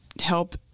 help